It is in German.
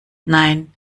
nein